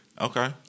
Okay